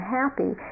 happy